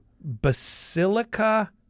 Basilica